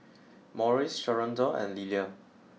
Maurice Sharonda and Lillia